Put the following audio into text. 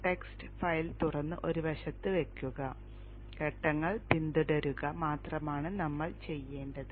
txt file തുറന്ന് ഒരു വശത്ത് വയ്ക്കുക ഘട്ടങ്ങൾ പിന്തുടരുക മാത്രമാണ് നമ്മൾ ചെയ്യേണ്ടത്